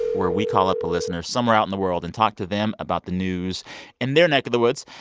where we call up a listener somewhere out in the world and talk to them about the news in their neck of the woods.